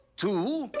two,